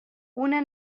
una